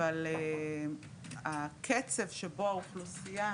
אבל הקצב שבו האוכלוסייה